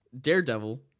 Daredevil